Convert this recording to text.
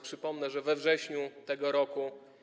Przypomnę, że we wrześniu tego roku.